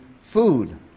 food